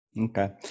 Okay